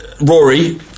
Rory